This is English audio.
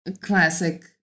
classic